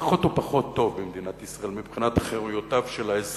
פחות ופחות טוב במדינת ישראל מבחינת חירויותיו של האזרח,